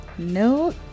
No